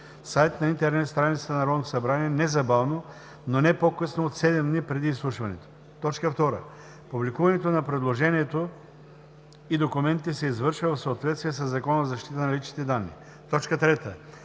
сайт на интернет страницата на Народното събрание незабавно, но не по-късно от 7 дни преди изслушването. 2. Публикуването на предложението и документите се извършва в съответствие със Закона за защита на личните данни. 3.